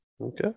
okay